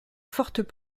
fortes